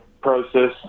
process